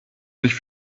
sich